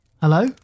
hello